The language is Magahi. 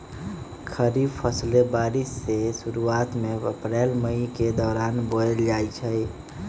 खरीफ फसलें बारिश के शुरूवात में अप्रैल मई के दौरान बोयल जाई छई